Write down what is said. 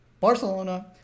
Barcelona